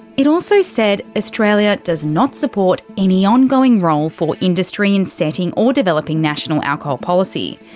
it also said australia does not support any ongoing role for industry in setting or developing national alcohol policy.